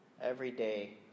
Everyday